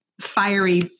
fiery